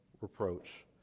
reproach